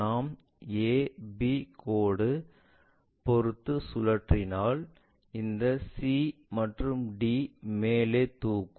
நாம் AB கோடு பொருத்து சுழற்றினாள் இந்த C மற்றும் D மேலே தூக்கும்